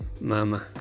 mama